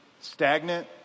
stagnant